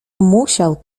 musiał